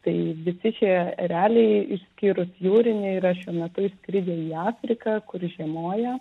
tai visi šie ereliai išskyrus jūrinį yra šiuo metu išskridę į afriką kur žiemoja